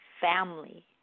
family